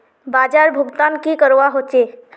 बाजार भुगतान की करवा होचे?